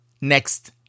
next